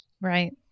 right